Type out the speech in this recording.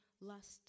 lust